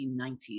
1990s